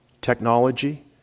technology